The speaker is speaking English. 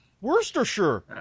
Worcestershire